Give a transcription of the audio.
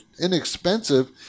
inexpensive